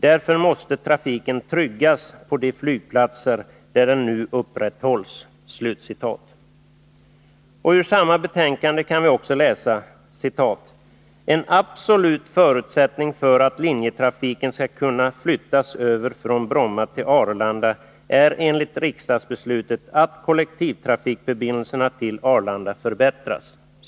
Därför måste trafiken tryggas på de flygplatser där den nu upprätthålls.” I samma betänkande kan vi också läsa att det är en ”absolut förutsättning för att linjetrafiken skall kunna flyttas över från Bromma flygplats till Arlanda att kollektivtrafikförbindelserna mellan Stockholms city och Arlanda förbättras”.